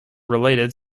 related